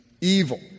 evil